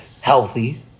healthy